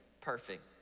perfect